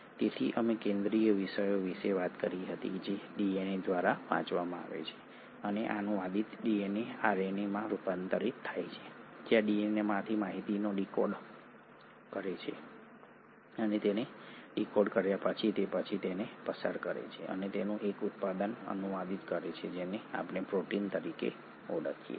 તેથી અમે કેન્દ્રીય વિષયો વિશે વાત કરી હતી જે ડીએનએ દ્વારા વાંચવામાં આવે છે અને અનુવાદિત ડીએનએ આરએનએમાં રૂપાંતરિત થાય છે જ્યાં ડીએનએમાંથી માહિતીને ડીકોડ કરે છે અને તેને ડીકોડ કર્યા પછી તે પછી તેને પસાર કરે છે અને તેને એક ઉત્પાદનમાં અનુવાદિત કરે છે જેને આપણે પ્રોટીન તરીકે ઓળખીએ છીએ